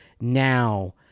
now